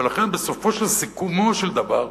ולכן, בסופו של סיכומו של דבר,